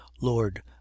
lord